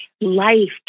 life